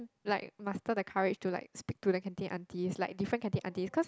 like muster the courage to like speak to the canteen aunties like different aunties cause